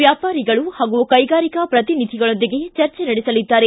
ವ್ಯಾಪಾರಿಗಳು ಹಾಗೂ ಕೈಗಾರಿಕಾ ಪ್ರತಿನಿಧಿಗಳೊಂದಿಗೆ ಚರ್ಚೆ ನಡೆಸಲಿದ್ದಾರೆ